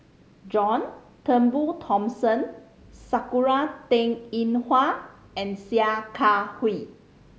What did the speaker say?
John Turnbull Thomson Sakura Teng Ying Hua and Sia Kah Hui